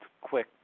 quick